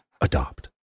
Adopt